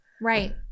Right